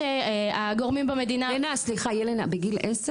יש למדינה מספיק כלים, אם זה ה"לאפ דאנס"